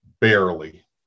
barely